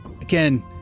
again